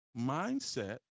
mindset